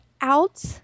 out